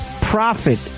profit